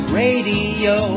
radio